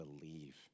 believe